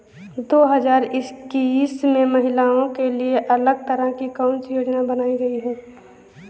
दो हजार इक्कीस में महिलाओं के लिए अलग तरह की कौन सी योजना बनाई गई है?